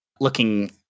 looking